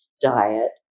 diet